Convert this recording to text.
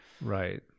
Right